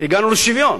הגענו לשוויון,